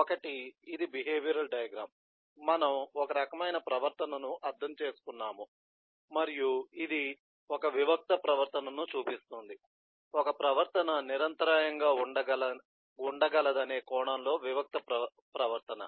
ఒకటి ఇది behavioural diagram మనము ఒక రకమైన ప్రవర్తనను అర్థం చేసుకున్నాము మరియు ఇది ఒక వివిక్త ప్రవర్తనను చూపిస్తుంది ఒక ప్రవర్తన నిరంతరాయంగా ఉండగలదనే కోణంలో వివిక్త ప్రవర్తన